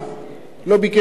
גם לא ביקש תגובה.